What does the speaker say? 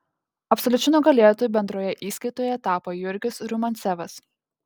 absoliučiu nugalėtoju bendroje įskaitoje tapo jurgis rumiancevas